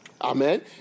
Amen